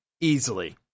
easily